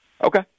Okay